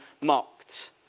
mocked